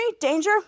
Danger